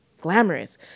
glamorous